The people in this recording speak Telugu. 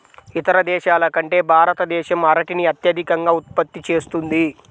ఇతర దేశాల కంటే భారతదేశం అరటిని అత్యధికంగా ఉత్పత్తి చేస్తుంది